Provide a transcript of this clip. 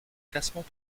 classement